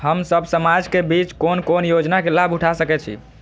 हम सब समाज के बीच कोन कोन योजना के लाभ उठा सके छी?